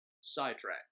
Sidetrack